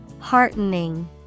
Heartening